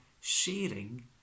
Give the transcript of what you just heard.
sharing